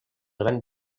gran